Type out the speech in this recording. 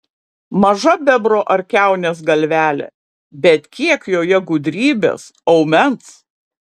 maža bebro ar kiaunės galvelė bet kiek joje gudrybės aumens